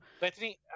Bethany